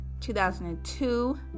2002